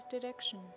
direction